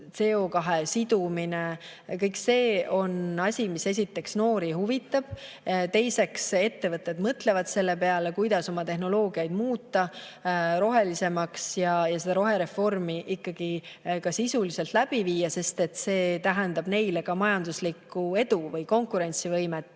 CO2sidumine – kõik see on asi, mis noori huvitab. Teiseks, ettevõtted mõtlevad selle peale, kuidas oma tehnoloogiaid muuta rohelisemaks ja kogu seda rohereformi ikkagi ka sisuliselt läbi viia, sest see tähendab neile ka majanduslikku edu või konkurentsivõimet